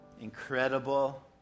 incredible